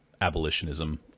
abolitionism